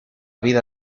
vida